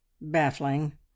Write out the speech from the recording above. baffling